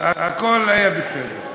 הכול יהיה בסדר.